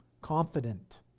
Confident